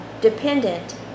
dependent